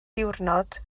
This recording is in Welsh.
diwrnod